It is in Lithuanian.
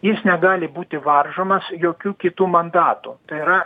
jis negali būti varžomas jokių kitų mandatų tai yra